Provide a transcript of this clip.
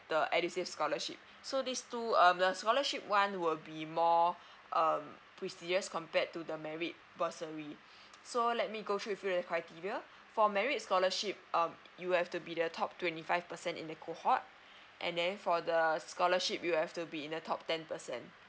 the edusave scholarship so these two um the scholarship one will be more um prestigious compared to the merit bursary so let me go with you the criteria for merit scholarship um you have to be the top twenty five percent in the cohort and then for the scholarship you have to be in the top ten percent